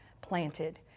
planted